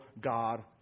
God